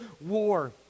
war